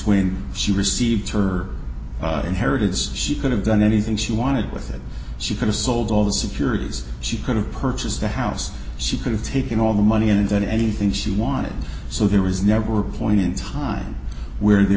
when she received her inheritance she could have done anything she wanted with it she could have sold all the securities she could have purchased the house she could have taken all the money in and then anything she wanted so there was never a point in time where there